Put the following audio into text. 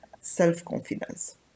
self-confidence